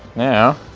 now.